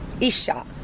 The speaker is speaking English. Isha